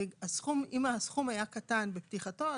אם הסכום היה קטן בפתיחתו,